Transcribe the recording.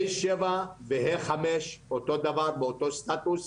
A7 ו-A5 אותו דבר, באותו סטטוס.